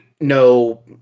no